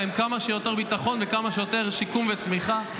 עם כמה שיותר ביטחון וכמה שיותר שיקום וצמיחה.